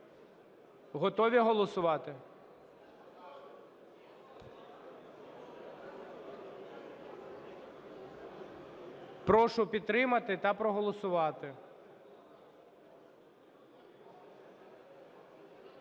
Готові голосувати? Прошу підтримати та проголосувати.